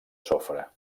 sofre